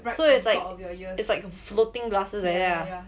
so it's like it's like a floating glasses like that ah